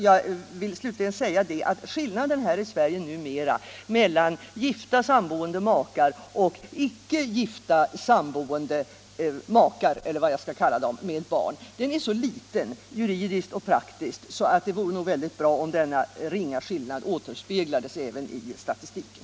Jag vill slutligen säga att skillnaden här i Sverige numera mellan gifta samboende makar och icke gifta samboende makar, eller vad jag skall kalla dem, med barn är så liten juridiskt och praktiskt att det nog vore bra om denna ringa skillnad återspeglades även i statistiken.